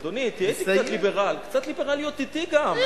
אדוני, תהיה אתי קצת ליברל, קצת ליברליות אתי גם.